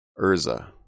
Urza